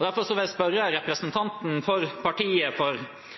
Derfor vil jeg spørre representanten for partiet for